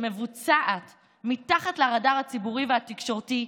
שמבוצעת מתחת לרדאר הציבורי והתקשורתי,